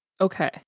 Okay